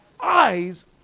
eyes